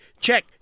Check